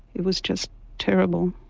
it was just terrible.